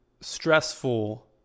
stressful